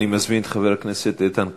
אני מזמין את חבר הכנסת איתן כבל,